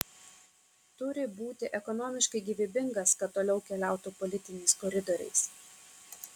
turi būti ekonomiškai gyvybingas kad toliau keliautų politiniais koridoriais